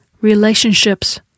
relationships